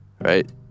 right